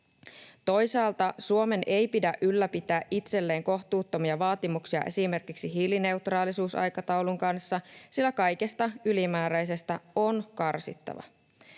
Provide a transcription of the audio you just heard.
Toisaalta Suomen ei pidä ylläpitää itselleen kohtuuttomia vaatimuksia esimerkiksi hiilineutraalisuusaikataulun kanssa, sillä kaikesta ylimääräisestä on karsittava.